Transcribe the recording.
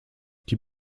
die